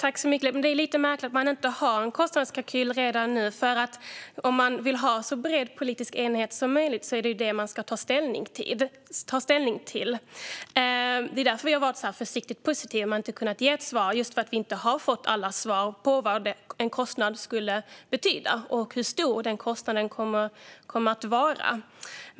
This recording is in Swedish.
Fru talman! Det är lite märkligt att man inte har en kostnadskalkyl redan nu. Om man vill ha så bred politisk enighet som möjligt är det ju detta man ska ta ställning till. Det är därför vi inte har kunnat ge ett svar, även om vi varit försiktigt positiva, för vi har inte fått alla svar om vad kostnaden skulle betyda och hur stor den skulle komma att vara.